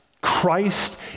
Christ